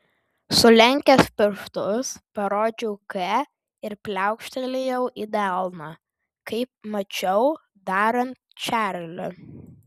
sulenkęs pirštus parodžiau k ir pliaukštelėjau į delną kaip mačiau darant čarlį